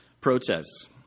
Protests